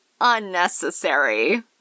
unnecessary